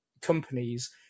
companies